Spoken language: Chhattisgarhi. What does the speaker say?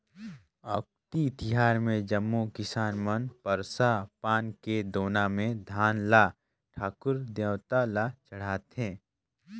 अक्ती तिहार मे जम्मो किसान मन परसा पान के दोना मे धान ल ठाकुर देवता ल चढ़ाथें